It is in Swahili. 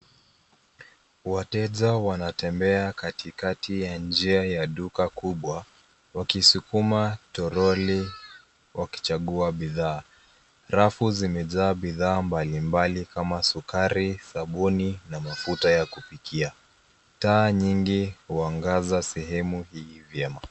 Wateja wanatembea katikati ya njia ya duka kubwa wakisumuma toroli, wakichagua bidhaa. Rafu zimejaa bidhaa mbalimbali kama sukari, sabuni na mafuta ya kupikia. Taa nyingi huangaza sehemu hii vyema.